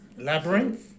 Labyrinth